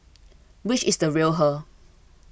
which is the real her